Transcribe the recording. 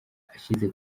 ashyize